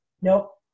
Nope